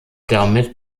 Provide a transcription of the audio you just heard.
damit